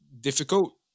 difficult